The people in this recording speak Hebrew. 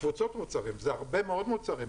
קבוצות מוצרים, זה הרבה מאוד מוצרים.